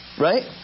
right